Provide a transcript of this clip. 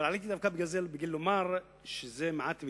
אבל עליתי כדי לומר שזה מעט מדי.